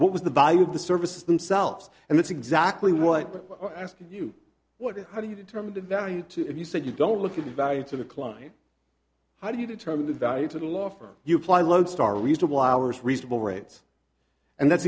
what was the value of the services themselves and that's exactly what i asked you what do you determine the value to if you said you don't look at the value to the client how do you determine the value to the law for you apply lodestar reasonable hours reasonable rates and that's